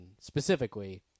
specifically